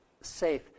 safe